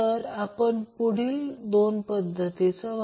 तर ते 175 10312 π √LC आहे